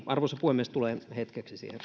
arvoisa puhemies tulen hetkeksi siihen